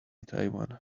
taiwan